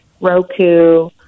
Roku